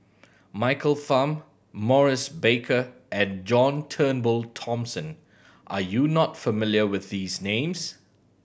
Michael Fam Maurice Baker and John Turnbull Thomson are you not familiar with these names